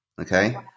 Okay